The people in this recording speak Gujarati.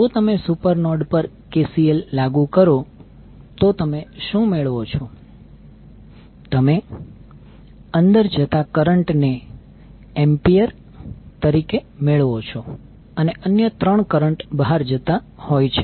જો તમે સુપર નોડ પર KCL લાગુ કરો તો તમે શુ મેળવો છો તમે અંદર જતાં કરંટ ને એમ્પીયર તરીકે મેળવો છો અને અન્ય 3 કરંટ બહાર જતા હોય છે